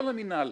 לא למינהל,